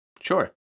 Sure